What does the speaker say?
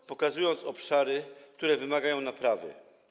co pokazuje obszary, które wymagają naprawy.